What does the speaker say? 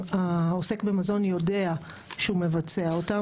העוסק במזון יודע שהוא מבצע אותן.